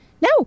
No